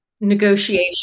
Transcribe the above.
negotiation